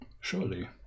surely